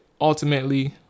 ultimately